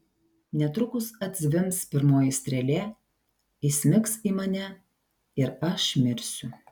netrukus atzvimbs pirmoji strėlė įsmigs į mane ir aš mirsiu